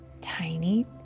tiny